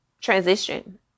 transition